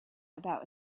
about